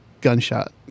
gunshot